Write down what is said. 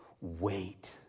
Wait